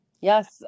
Yes